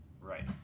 right